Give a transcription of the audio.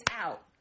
out